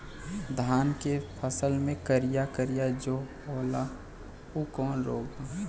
धान के फसल मे करिया करिया जो होला ऊ कवन रोग ह?